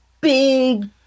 big